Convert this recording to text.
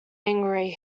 angry